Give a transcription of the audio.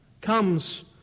comes